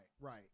right